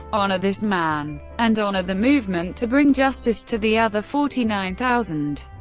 honor this man. and honor the movement to bring justice to the other forty nine thousand.